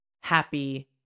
happy